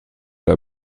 der